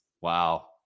Wow